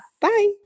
Bye